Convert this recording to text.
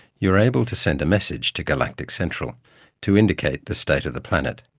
you are able to send a message to galactic central to indicate the state of the planet,